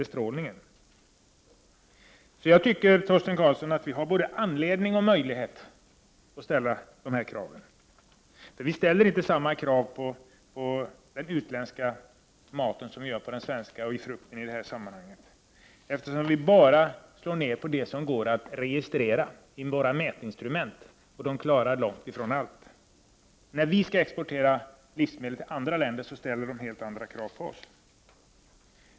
Det finns således, Torsten Karlsson, både anledning och möjligheter att ställa dessa våra krav. Vi ställer normalt inte samma krav på den utländska maten som på den svenska, i detta fall på frukt. Vi slår bara ned på det som det går att registrera med våra mätinstrument, och dessa klarar långt ifrån allt. När vi exporterar livsmedel till andra länder, då ställs helt andra krav på oss.